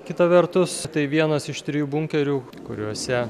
kita vertus tai vienas iš trijų bunkerių kuriuose